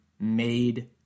made